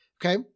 Okay